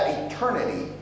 eternity